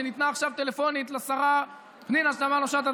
שניתנה עכשיו טלפונית לשרה פנינה תמנו שטה,